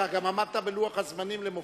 אתה גם עמדת בלוח הזמנים למופת,